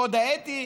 הקוד האתי,